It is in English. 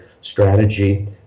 strategy